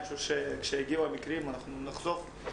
אני חושב שכאשר יגיעו לידיעתנו המקרים אנחנו נחשוף אותם,